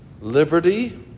Liberty